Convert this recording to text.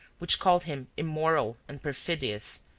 which called him immoral and perfidious,